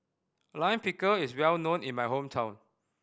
Lime Pickle is well known in my hometown